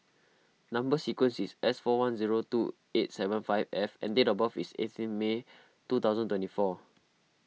Number Sequence is S four one zero two eight seven five F and date of birth is eighteen May two thousand twenty four